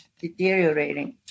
deteriorating